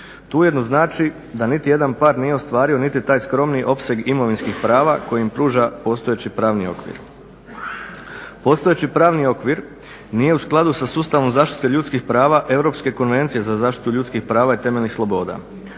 To ujedno znači da niti jedan par nije ostvario niti taj skromni opseg imovinskih prava koji im pruža postojeći pravni okvir. Postojeći pravni okvir nije u skladu sa sustavom zaštite ljudskih prava Europske konvencije za zaštitu ljudskih prava i temeljnih sloboda.